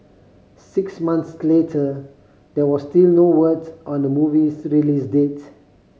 six months later there was still no word on the movie's release date